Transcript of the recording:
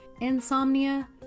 insomnia